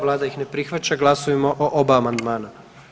Vlada ih ne prihvaća, glasujmo o oba amandmana.